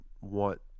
want